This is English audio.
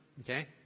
okay